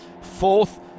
fourth